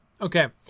Okay